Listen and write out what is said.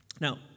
Now